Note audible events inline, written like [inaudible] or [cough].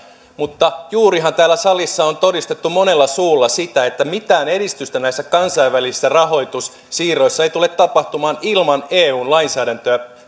mutta juurihan täällä salissa on todistettu monella suulla sitä että mitään edistystä näissä kansainvälisissä rahoitussiirroissa ei tule tapahtumaan ilman eun lainsäädäntöä [unintelligible]